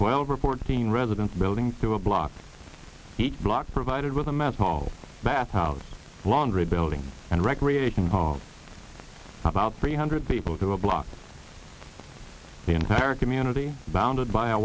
twelve report teen residents building through a block each block provided with the mess hall bath house laundry building and recreation about three hundred people to a block the entire community bounded b